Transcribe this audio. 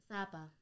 Sapa